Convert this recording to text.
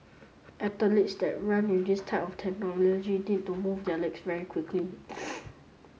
that run with this type of technology need to move their legs very quickly